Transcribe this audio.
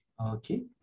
Okay